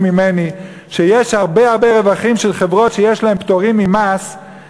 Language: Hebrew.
ממני: שיש הרבה הרבה רווחים של חברות שיש להן פטורים ממס,